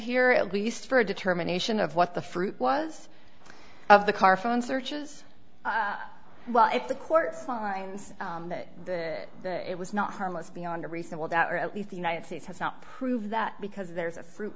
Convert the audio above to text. here at least for a determination of what the fruit was of the carphone searches well if the court finds that it was not harmless beyond a reasonable doubt or at least the united states has not proved that because there's a fruit